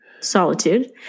Solitude